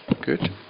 Good